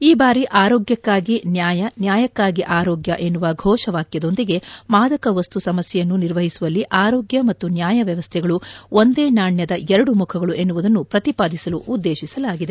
ಈ ಬಾರಿ ಆರೋಗ್ಯಕ್ಕಾಗಿ ನ್ಯಾಯ ನ್ಯಾಯಕ್ಕಾಗಿ ಆರೋಗ್ಯ ಎನ್ನುವ ಘೋಷವಾಕ್ಯದೊಂದಿಗೆ ಮಾದಕ ವಸ್ತು ಸಮಸ್ಯೆಯನ್ನು ನಿರ್ವಹಿಸುವಲ್ಲಿ ಆರೋಗ್ಯ ಮತ್ತು ನ್ಯಾಯ ವ್ಯವಸ್ಥೆಗಳು ಒಂದೇ ನಾಣ್ಯದ ಎರಡು ಮುಖಗಳು ಎನ್ನುವುದನ್ನು ಪ್ರತಿಪಾದಿಸಲು ಉದ್ದೇಶಿಸಲಾಗಿದೆ